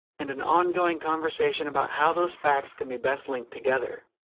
and an ongoing conversation about how those facts can be best linked together.